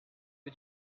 que